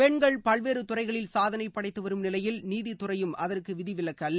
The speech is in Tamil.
பெண்கள் பல்வேறு துறைகளில் சாதனை படைத்துவரும் நிலையில் நீதித்துறையும் அதற்கு விதிவிலக்கு அல்ல